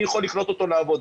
אני יכול לקלוט אותו לעבודה,